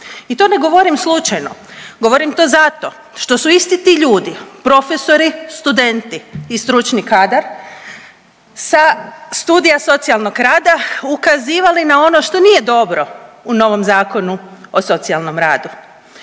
I to ne govorim slučajno, govorim to zato što su isti ti ljudi profesori, studenti i stručni kadar sa studija socijalnog rada ukazivali na ono što nije dobro u novom Zakonu o socijalnom radu.